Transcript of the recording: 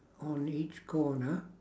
on each corner